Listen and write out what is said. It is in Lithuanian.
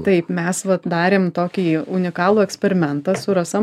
taip mes vat darėm tokį unikalų eksperimentą su rasa